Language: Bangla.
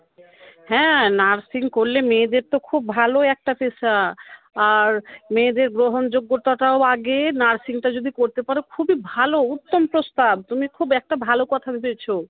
হ্যাঁ নার্সিং করলে মেয়েদের তো খুব ভালো একটা পেশা আর মেয়েদের গ্রহণযোগ্যতাটাও আগে নার্সিংটা যদি করতে পারো খুবই ভালো অত্যন্ত স্টাব তুমি খুব একটা ভালো কথা ভেবেছো